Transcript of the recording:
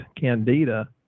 candida